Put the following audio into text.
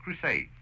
crusade